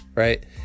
Right